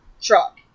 truck